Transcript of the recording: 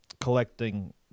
collecting